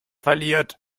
verliert